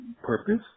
purpose